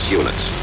units